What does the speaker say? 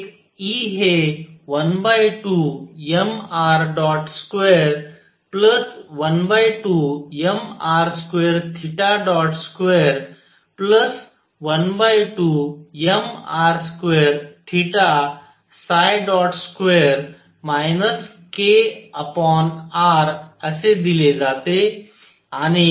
एक E हे 12mr212mr2212mr22 kr असे दिले जाते